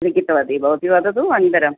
लिखितवती भवती वदतु अनन्तरं